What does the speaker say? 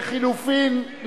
לחלופין,